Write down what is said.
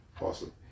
Awesome